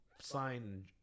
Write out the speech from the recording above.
sign